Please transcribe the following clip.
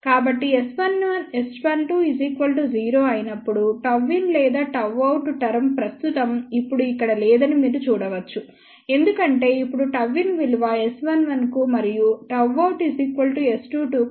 కాబట్టి S12 0 అయినప్పుడుΓin లేదా Γout టర్మ్ ప్రస్తుతం ఇప్పుడు ఇక్కడ లేదని మీరు చూడవచ్చు ఎందుకంటే ఇప్పుడు Γin విలువ S11 కు మరియు Γout S22 కు సమానం